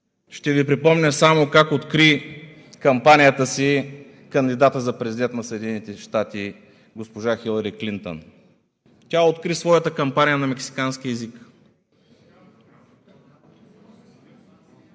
Ще Ви припомня само как откри кампанията си кандидатът за президент на Съединените щати – госпожа Хилъри Клинтън. Тя откри своята кампания на мексикански език.